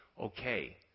okay